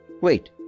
Wait